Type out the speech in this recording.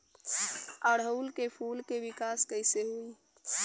ओड़ुउल के फूल के विकास कैसे होई?